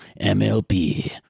MLP